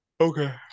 Okay